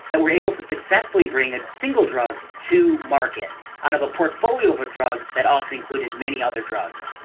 that were able to successfully bring a single drug to market out of a portfolio of drugs that often included many other drugs.